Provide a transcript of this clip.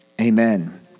amen